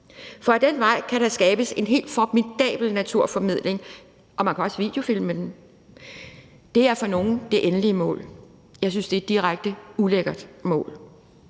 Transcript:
For ad den vej kan der skabes en helt formidabel naturformidling – og man kan også videofilme det. Det er for nogle det endelige mål. Jeg synes, det er et direkte ulækkert mål.